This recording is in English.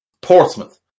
Portsmouth